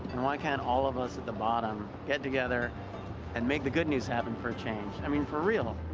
then why can't all of us at the bottom get together and make the good news happen for a change? i mean, for real.